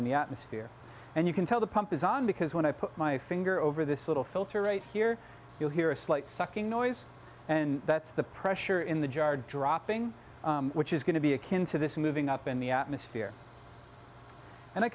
in the atmosphere and you can tell the pump is on because when i put my finger over this little filter right here you'll hear a slight sucking noise and that's the pressure in the jar dropping which is going to be akin to this moving up in the atmosphere and i